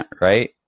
right